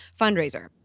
fundraiser